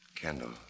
Kendall